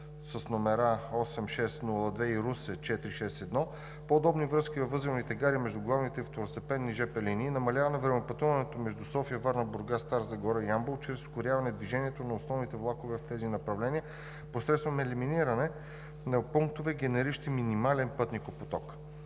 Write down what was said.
с № 8602, и Русе № 461, по-удобни връзки във възелните гари между главните и второстепенните жп линии, намаляване времепътуването между София, Варна, Бургас, Стара Загора и Ямбол чрез ускоряване движението на основните влакове в тези направления посредством елиминиране на пунктовете, генериращи минимален пътникопоток.